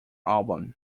album